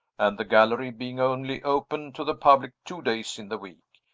and the gallery being only open to the public two days in the week.